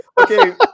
Okay